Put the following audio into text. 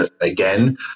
again